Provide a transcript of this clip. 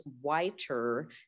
whiter